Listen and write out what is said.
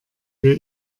wir